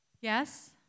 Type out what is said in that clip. Yes